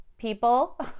People